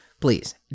please